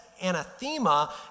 anathema